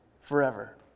forever